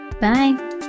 Bye